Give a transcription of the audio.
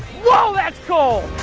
woah, that's cold.